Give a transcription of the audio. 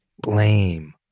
blame